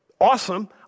awesome